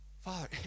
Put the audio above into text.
Father